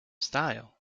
style